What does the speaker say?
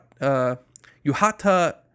Yuhata